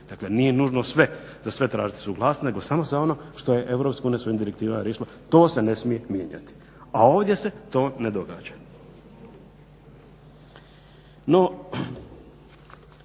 Dakle nije nužno za sve tražiti suglasnost nego samo za ono što je Europska unija svojim direktivama riješila. To se ne smije mijenjat, a ovdje se to ne događa.